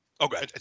okay